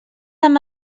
amb